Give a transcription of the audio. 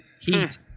Heat